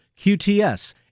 QTS